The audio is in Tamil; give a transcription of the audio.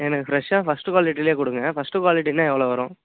எனக்கு ஃப்ரெஷ்ஷாக ஃபஸ்ட்டு குவாலிட்டியில் கொடுங்க ஃபஸ்ட்டு குவாலிட்டின்னா எவ்வளோ வரும்